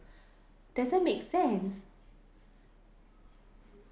doesn't make sense